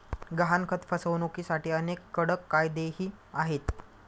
गहाणखत फसवणुकीसाठी अनेक कडक कायदेही आहेत